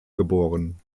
geboren